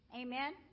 Amen